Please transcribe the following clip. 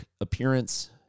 appearance